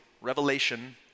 Revelation